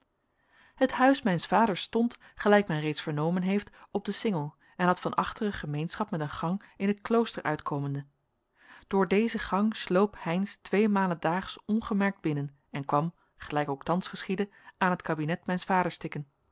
het huis mijns vaders stond gelijk men reeds vernomen heeft op den cingel en had van achteren gemeenschap met een gang in het klooster uitkomende door deze gang sloop heynsz tweemalen daags ongemerkt binnen en kwam gelijk ook thans geschiedde aan het kabinet mijns vaders tikken